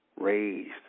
raised